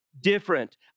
different